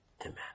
Amen